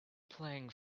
playing